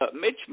Mitch